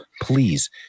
please